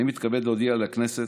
אני מתכבד להודיע לכנסת,